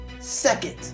second